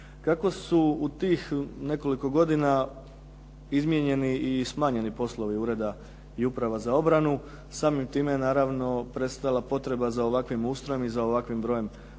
Kako su u tih nekoliko godina izmijenjeni i smanjeni poslovi ureda i uprava za obranu, samim time je naravno prestala potreba za ovakvih ustrojem i za ovakvim brojem